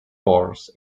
borders